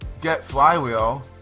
GetFlywheel